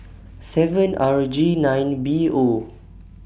seven R G nine B O